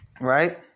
Right